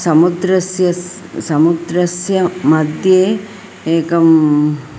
समुद्रस्यस् समुद्रस्य मध्ये एकं